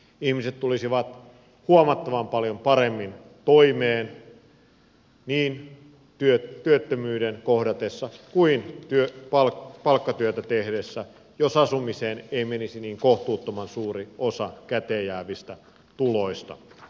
ihmiset tulisivat huomattavan paljon paremmin toimeen niin työttömyyden kohdatessa kuin palkkatyötä tehdessä jos asumiseen ei menisi niin kohtuuttoman suuri osa käteenjäävistä tuloista